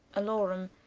alarum.